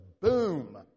boom